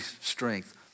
strength